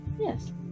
yes